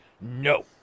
no